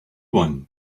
one